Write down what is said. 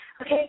okay